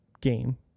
game